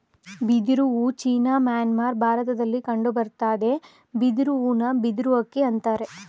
ಬಿದಿರು ಹೂ China Myanmar ಭಾರತದಲ್ಲಿ ಕಂಡುಬರ್ತದೆ ಬಿದಿರು ಹೂನ ಬಿದಿರು ಅಕ್ಕಿ ಅಂತರೆ